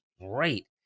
Great